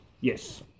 Yes